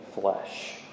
flesh